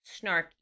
snarky